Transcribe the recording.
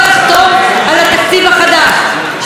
שהסכם הקולנוע יבוטל מבחינתי,